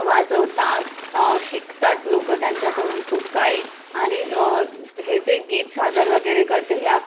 वाजवतात शिकतात लोक त्यांच्याकडून खूप काही आणि हे जे गीत सादर वगैरे करते हे आप